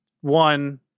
one